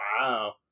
Wow